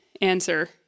answer